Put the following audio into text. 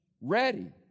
ready